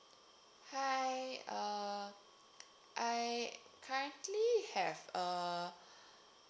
hi uh I currently have a